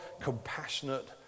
compassionate